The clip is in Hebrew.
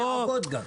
גם לא יעבוד.